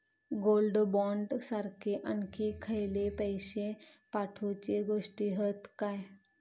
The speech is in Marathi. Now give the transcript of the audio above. गोल्ड बॉण्ड सारखे आणखी खयले पैशे साठवूचे गोष्टी हत काय?